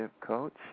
Coach